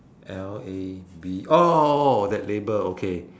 L A B oh that label okay